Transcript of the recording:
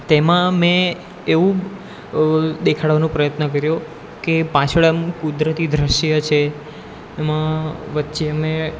તેમાં મેં એવું દેખાડવાનું પ્રયત્ન કર્યો કે પાછળ આમ કુદરતી દૃશ્ય છે એમાં વચ્ચે મેં